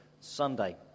Sunday